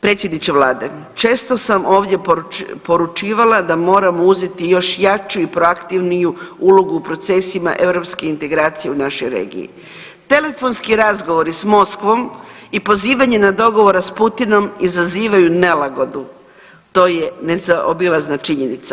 Predsjedniče Vlade, često sam ovdje poručivala da moramo uzeti još jaču i proaktivniju ulogu u procesima europske integracije u našoj regiji, telefonski razgovori s Moskvom i pozivanje na dogovor s Putinom izazivaju nelagodu, to je nezaobilazna činjenica.